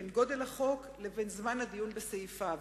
בין גודל החוק לבין זמן הדיון בסעיפיו.